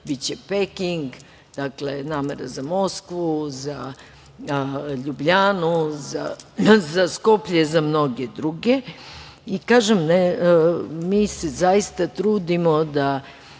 biće Peking. Dakle, namera za Moskvu, za Ljubljanu, za Skoplje, za mnoge druge. Kažem, mi se zaista trudimo da